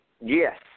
Yes